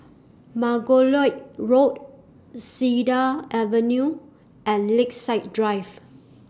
Margoliouth Road Cedar Avenue and Lakeside Drive